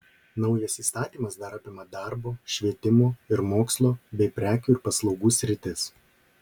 naujas įstatymas dar apima darbo švietimo ir mokslo bei prekių ir paslaugų sritis